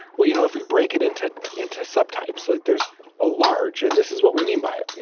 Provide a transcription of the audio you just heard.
well, you know, if we break it into into subtypes, like there's a large, and this is what we mean by it,